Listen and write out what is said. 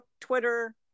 Twitter